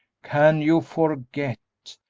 can you forget?